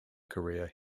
career